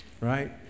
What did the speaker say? right